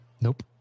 Nope